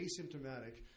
asymptomatic